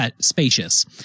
spacious